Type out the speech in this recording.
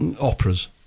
operas